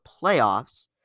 playoffs